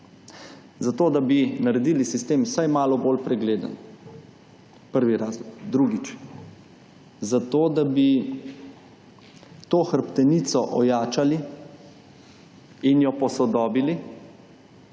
Zato, da bi naredili sistem vsaj malo bolj pregleden, prvi razlog. Drugič, zato, da bi to hrbtenico ojačali in jo posodobili